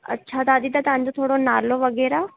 अच्छा दादी त तव्हांजो थोरो नालो वग़ैरह